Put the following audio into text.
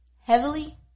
heavily